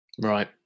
Right